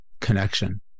connection